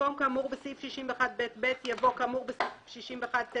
במקום "כאמור בסעיף 61ב(ב)" יבוא "כאמור בסעיף 61ט(א)",